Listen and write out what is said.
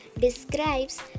describes